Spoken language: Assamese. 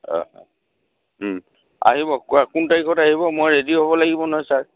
অঁ অঁ আহিব কোন তাৰিখত আহিব মই ৰেডি হ'ব লাগিব নহয় ছাৰ